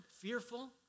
fearful